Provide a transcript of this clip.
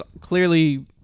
clearly